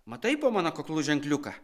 matai po mano kaklu ženkliuką